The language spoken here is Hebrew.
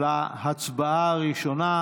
להצבעה הראשונה,